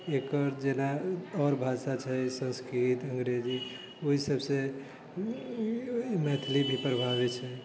एकर जेना आओर भाषा छै संस्कृत अंग्रेजी ओहि सबसँ मैथिली भी प्रभावी छै